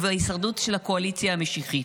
של הקואליציה המשיחית.